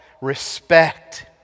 respect